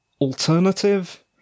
alternative